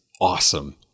awesome